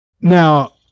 Now